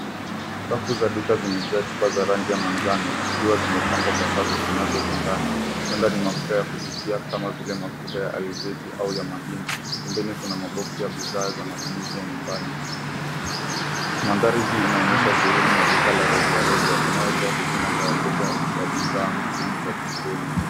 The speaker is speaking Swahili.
Rafu za duka zimejaa chupa za rangi ya manjano zikiwa zimepangwa kwa safu zinazolingana. Huenda ni mafuta ya kupikia kama vile mafuta ya alizeti au ya mahindi. Pembeni kuna maboksi ya bidhaa za matumizi ya nyumbani. Mandhari hii inaonyesha sehemu ya duka la rejareja, inayotoa huduma kwa wateja wa bidhaa muhimu za jikoni.